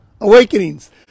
awakenings